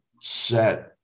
set